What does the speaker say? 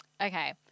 Okay